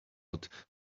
out